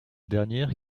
dernière